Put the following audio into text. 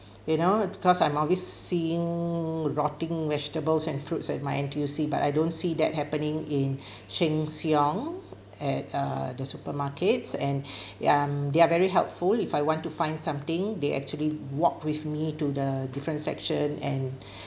you know because I'm always seeing rotting vegetables and fruits at my N_T_U_C but I don't see that happening in sheng siong at err the supermarkets and um they're very helpful if I want to find something they actually walk with me to the different section and